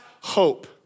hope